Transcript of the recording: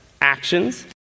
actions